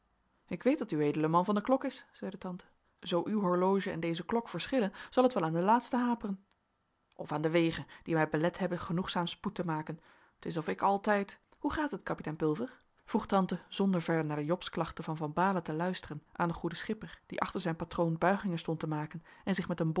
ik weet dat ued een man van de klok is zeide tante zoo uw horloge en deze klok verschillen zal het wel aan de laatste haperen of aan de wegen die mij belet hebben genoegzaam spoed te maken t is of ik altijd hoe gaat het kapitein pulver vroeg tante zonder verder naar de jobsklachten van van baalen te luisteren aan den goeden schipper die achter zijn patroon buigingen stond te maken en zich met een